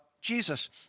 Jesus